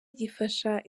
gifasha